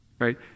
right